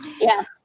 Yes